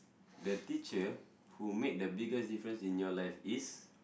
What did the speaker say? the teacher who make the biggest difference in your life is